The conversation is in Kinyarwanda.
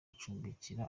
gucumbikira